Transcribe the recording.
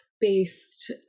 based